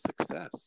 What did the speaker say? success